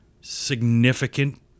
significant